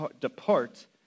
depart